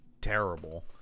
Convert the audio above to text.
terrible